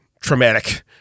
traumatic